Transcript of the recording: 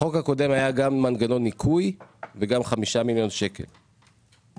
החוק הקודם היה גם מנגנון ניקוי וגם 5 מיליון שקל התקרה,